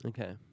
Okay